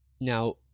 Now